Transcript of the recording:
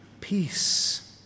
peace